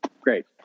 Great